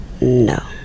no